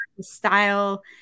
style